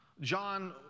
John